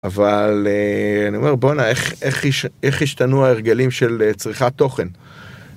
אבל אני אומר, בואנה, איך השתנו ההרגלים של צריכת תוכן?